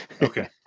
okay